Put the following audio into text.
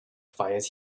fires